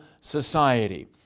society